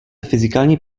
fyzikální